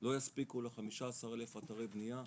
לא יספיקו ל-15 אלף אתרי בנייה,